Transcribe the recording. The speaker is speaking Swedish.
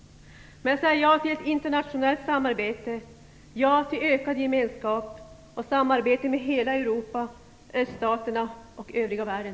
Men jag säger ja till ett internationellt samarbete, ja till ökad gemenskap och samarbete med hela Europa, öststaterna och övriga världen.